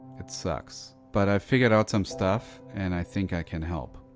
it sucks, but i figured out some stuff and i think i can help.